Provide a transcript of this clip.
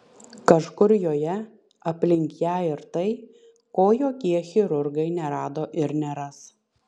kažkur joje aplink ją yra tai ko jokie chirurgai nerado ir neras